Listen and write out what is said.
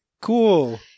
cool